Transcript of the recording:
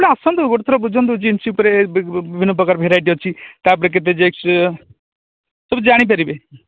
ଆପଣ ଆସନ୍ତୁ ଥର ବୁଝନ୍ତୁ ଜିନିଷ ଉପରେ ବିଭିନ୍ନ ପ୍ରକାର ଭେରାଇଟି ଅଛି ତା ଉପରେ କେତେ ଯେ ଆସିବ ସବୁ ଜାଣିପାରିବ